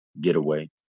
getaway